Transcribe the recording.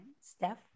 Steph